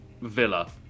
Villa